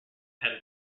had